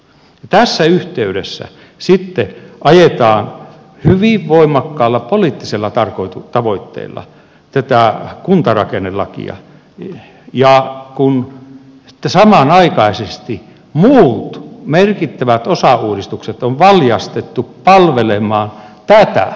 tässä yhteydessä sitten ajetaan hyvin voimakkaalla poliittisella tavoitteella kuntarakennelakia ja samanaikaisesti muut merkittävät osauudistukset on valjastettu palvelemaan tätä